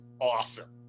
awesome